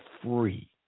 free